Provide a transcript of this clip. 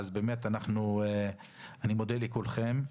אני מודה לכולכם.